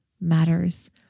matters